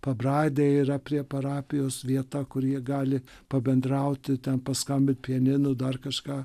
pabradėje yra prie parapijos vieta kur jie gali pabendrauti ten paskambinti pianinu dar kažką